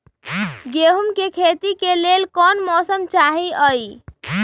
गेंहू के खेती के लेल कोन मौसम चाही अई?